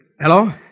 Hello